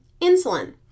insulin